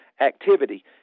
activity